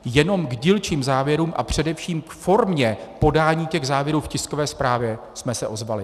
Jenom k dílčím závěrům a především k formě podání těch závěrů v tiskové zprávě jsme se ozvali.